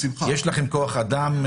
יש לכם כוח אדם?